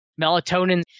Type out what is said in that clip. Melatonin